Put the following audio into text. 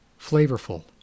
flavorful